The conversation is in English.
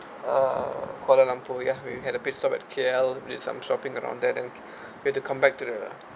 uh kuala lumpur ya we had a pitstop at K_L with some shopping around there then you have to come back to the